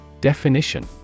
Definition